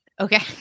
Okay